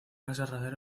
aserradero